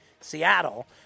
Seattle